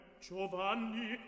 Giovanni